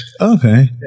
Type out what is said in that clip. okay